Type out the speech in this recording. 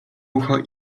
ucho